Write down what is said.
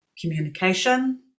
communication